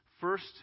First